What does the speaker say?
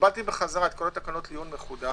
קיבלתי בחזרה את כל התקנות לעיון מחודש,